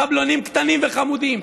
מחבלונים קטנים וחמודים,